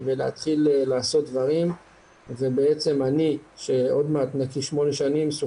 זה כואב וזה חשוב שאנחנו נגיע לכמה שיותר אנשים ונגיד להם,